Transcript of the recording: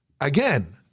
again